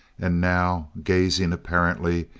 and now, gazing, apparently,